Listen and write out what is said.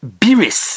Biris